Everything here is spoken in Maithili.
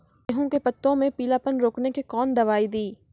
गेहूँ के पत्तों मे पीलापन रोकने के कौन दवाई दी?